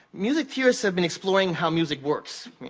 music theorists have been exploring how music works,